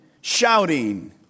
shouting